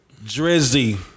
Drizzy